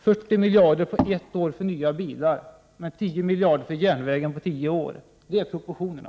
40 miljarder för nya bilar under bara ett år, 10 miljarder för järnvägen under tio år — sådana är proportionerna!